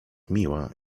miła